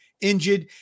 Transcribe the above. injured